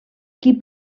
qui